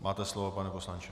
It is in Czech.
Máte slovo, pane poslanče.